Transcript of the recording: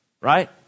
right